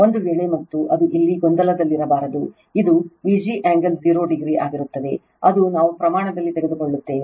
ಒಂದು ವೇಳೆ ಮತ್ತು ಅದು ಇಲ್ಲಿ ಗೊಂದಲದಲ್ಲಿರಬಾರದು ಇದು Vg ಆಂಗಲ್ 0 ಡಿಗ್ರಿ ಆಗಿರುತ್ತದೆ ಅದು ನಾವು ಪ್ರಮಾಣದಲ್ಲಿ ತೆಗೆದುಕೊಳ್ಳುತ್ತೇವೆ